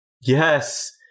Yes